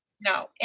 No